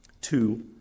Two